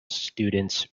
students